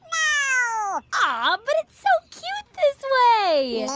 um ah but so cute this way